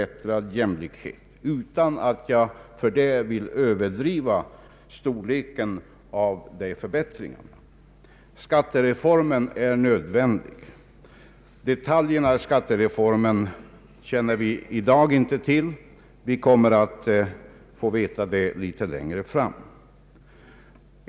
Jag vill säga detta utan att därför överdriva förbättringarnas storlek. Skattereformen är nödvändig. Detaljerna känner vi i dag inte till, men vi kommer att få reda på dem litet längre fram.